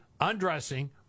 undressing